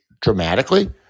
dramatically